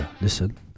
listen